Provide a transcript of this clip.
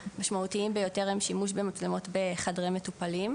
שהמשמעותיים ביותר הם שימוש במצלמות בחדרי מטופלים.